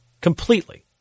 Completely